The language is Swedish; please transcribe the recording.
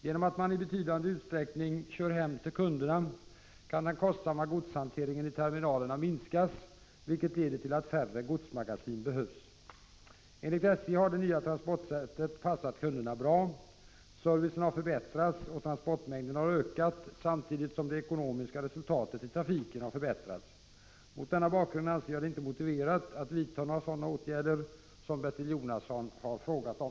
Genom att man i betydande utsträckning kör hem till kunderna kan den kostsamma godshanteringen i terminalerna minskas, vilket leder till att färre godsmagasin behövs. Enligt SJ har det nya transportsättet passat kunderna bra. Servicen har förbättrats och transportmängden ökat, samtidigt som det ekonomiska resultatet i trafiken förbättrats. Mot denna bakgrund anser jag det inte motiverat att vidtaga några sådana åtgärder som Bertil Jonasson frågat om.